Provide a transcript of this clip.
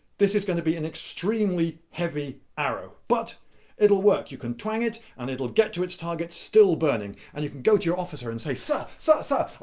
this is going to be an extremely heavy arrow. but it'll work! you can twang it and it will get to its target still burning. and you can go to your officer and say sir! sir! sir!